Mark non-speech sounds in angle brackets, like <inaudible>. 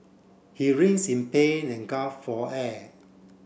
he <unintelligible> in pain and <unintelligible> for air